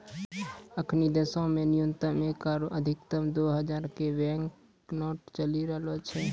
अखनि देशो मे न्यूनतम एक आरु अधिकतम दु हजारो के बैंक नोट चलि रहलो छै